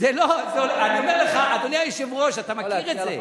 אני אומר לך, אדוני היושב-ראש, אתה מכיר את זה.